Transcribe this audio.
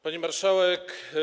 Pani Marszałek!